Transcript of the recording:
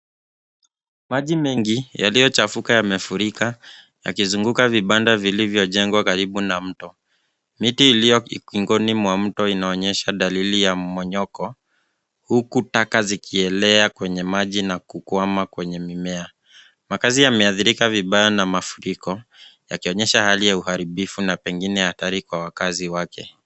Maji mengi yaliyochafuka yamefurika, yakizunguka vibanda vilivyojengwa karibu na mto. Miti iliyo ukingoni mwa mto inaonyesha dalili ya mmomonyoko, huku taka zikielea kwenye maji na kukwama kwenye mimea. Makazi yameathirika vibaya na mafuriko, yakionyesha hali ya uharibifu na pengine hatari kwa wakazi wake.